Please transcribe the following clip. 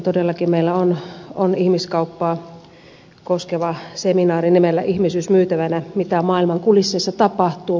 todellakin meillä on ihmiskauppaa koskeva seminaari nimellä ihmisyys myytävänä mitä maailman kulisseissa tapahtuu